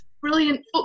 brilliant